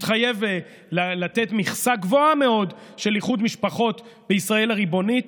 התחייב לתת מכסה גבוהה מאוד של איחוד משפחות בישראל הריבונית.